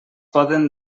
poden